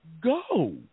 go